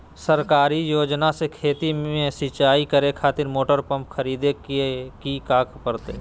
सरकारी योजना से खेत में सिंचाई करे खातिर मोटर पंप खरीदे में की करे परतय?